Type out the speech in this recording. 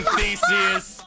Theseus